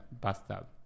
bathtub